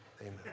amen